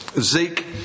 Zeke